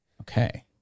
Okay